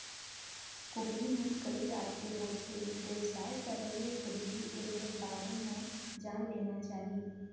कुकरी मन कइ जात के होथे, बेवसाय करे ले पहिली एकर बारे म जान लेना चाही